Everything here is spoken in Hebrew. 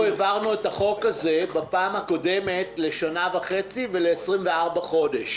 אנחנו העברנו את החוק הזה בפעם הקודמת לשנה וחצי ול-24 חודשים.